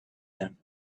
them